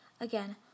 Again